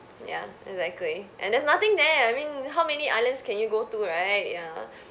ya exactly and there's nothing there I mean how many islands can you go to right ya